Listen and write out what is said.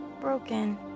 Broken